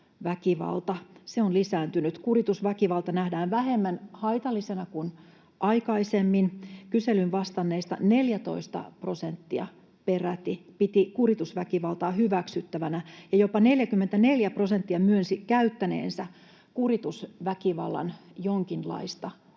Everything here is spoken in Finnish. on lisääntynyt. Kuritusväkivalta nähdään vähemmän haitallisena kuin aikaisemmin. Kyselyyn vastanneista peräti 14 prosenttia piti kuritusväkivaltaa hyväksyttävänä ja jopa 44 prosenttia myönsi käyttäneensä kuritusväkivallan jonkinlaista muotoa,